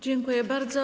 Dziękuję bardzo.